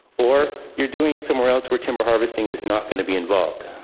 or you're doing it somewhere else where timber harvesting is not going to be involved.